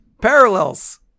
Parallels